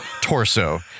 torso